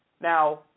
Now